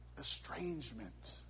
estrangement